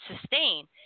sustain